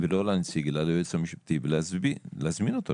ולא לנציג היועץ המשפטי ולהזמין אותו,